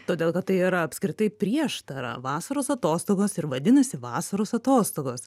todėl kad tai yra apskritai prieštara vasaros atostogos ir vadinasi vasaros atostogos